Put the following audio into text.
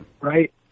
Right